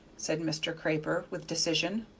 said mr. craper, with decision,